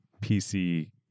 PC